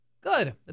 Good